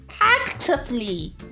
actively